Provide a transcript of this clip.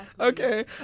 okay